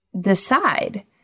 decide